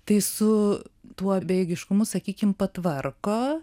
tai su tuo bejėgiškumu sakykim patvarko